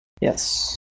yes